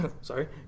sorry